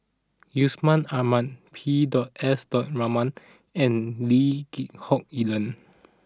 Yusman Aman P dot S dot Raman and Lee Geck Hoon Ellen